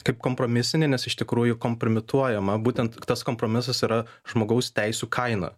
kaip kompromisinį nes iš tikrųjų kompromituojama būtent tas kompromisas yra žmogaus teisių kaina